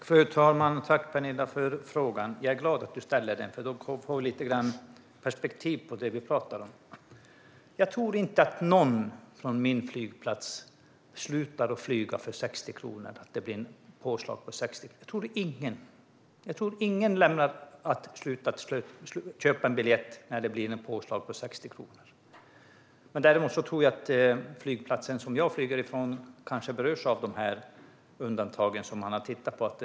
Fru talman! Tack, Penilla, för frågan! Jag är glad att du ställer den, för då får vi lite perspektiv på det vi talar om. Jag tror inte att någon som flyger från min flygplats slutar flyga för att det blir ett påslag på 60 kronor. Ingen, tror jag, slutar köpa biljett när det blir ett påslag på 60 kronor. Däremot tror jag att flygplatsen som jag flyger från kanske berörs av de undantag som man har tittat på.